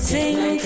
Sing